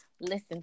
Listen